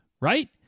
right